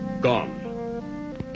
Gone